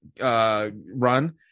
run